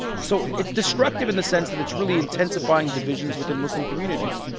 so it's destructive in the sense that it's really intensifying divisions within muslim communities.